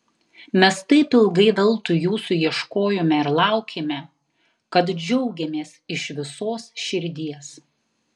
mes taip ilgai veltui jūsų ieškojome ir laukėme kad džiaugiamės iš visos širdies